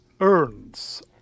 earns